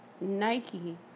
Nike